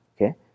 Okay